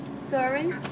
Sorry